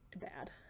Bad